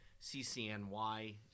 CCNY